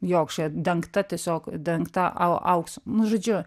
jo kažkokia dengta tiesiog dengta au auksu nu žodžiu